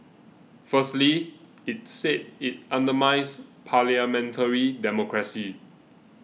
firstly it said it undermines parliamentary democracy